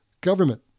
Government